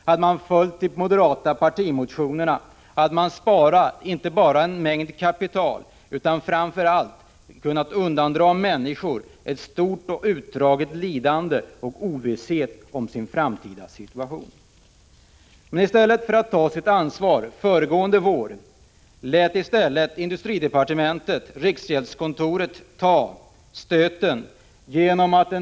Om man hade följt de moderata partimotionerna, hade man inte bara sparat en hel del kapital utan också — det vill jag framför allt understryka — kunnat se till att människor slapp ett stort och utdraget lidande samt ovissheten vad gäller deras framtida situation. Men i stället för att föregående vår ikläda sig ansvaret lät industridepartementet riksgäldskontoret ta stöten.